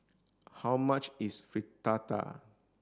how much is Fritada